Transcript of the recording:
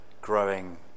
growing